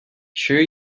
sure